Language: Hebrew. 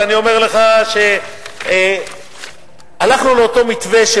ואני אומר לך שהלכנו לאותו מתווה,